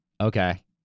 Okay